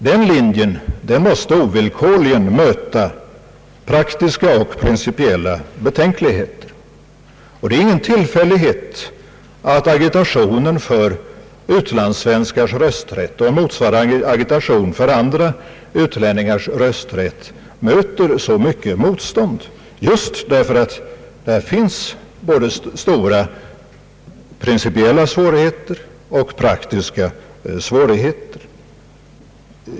Den linjen måste ovillkorligen möta praktiska och principiella betänkligheter, Det är ingen tillfällighet att agitationen för utlandssvenskars rösträtt och motsvarande agitation för andra utlänningars rösträtt mött så mycket motstånd just därför att det finns både stora principiella svårigheter och praktiska svårigheter.